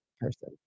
person